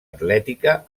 atlètica